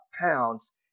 pounds